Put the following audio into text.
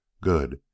Good